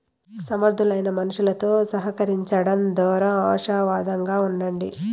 సమర్థులైన మనుసులుతో సహకరించడం దోరా ఆశావాదంగా ఉండండి